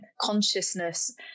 consciousness